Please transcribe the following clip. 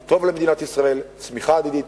זה טוב למדינת ישראל, צמיחה הדדית.